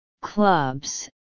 clubs